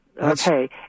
Okay